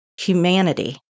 humanity